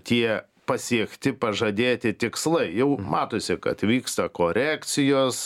tie pasiekti pažadėti tikslai jau matosi kad vyksta korekcijos